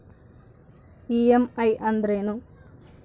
EMI ಅಂದ್ರೇನು?